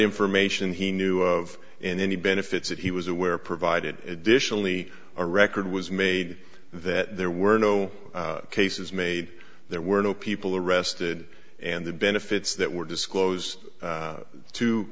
information he knew of and any benefits that he was aware provided additionally a record was made that there were no cases made there were no people arrested and the benefits that were disclosed